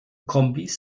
kombis